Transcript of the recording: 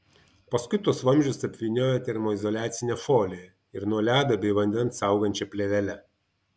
paskui tuos vamzdžius apvyniojo termoizoliacine folija ir nuo ledo bei vandens saugančia plėvele